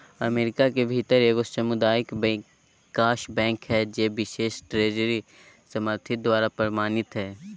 America के भीतर एगो सामुदायिक विकास बैंक हइ जे बिशेष ट्रेजरी समर्थित द्वारा प्रमाणित हइ